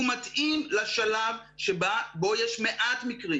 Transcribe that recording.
הוא מתאים לשלב שבו יש מעט מקרים.